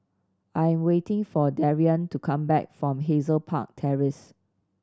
I'm waiting for Darrian to come back from Hazel Park Terrace